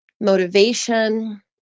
motivation